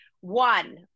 One